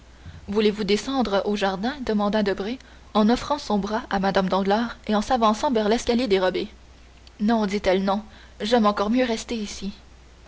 voulez-vous descendre au jardin demanda debray en offrant son bras à mme danglars et en s'avançant vers l'escalier dérobé non dit-elle non j'aime encore mieux rester ici